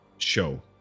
Show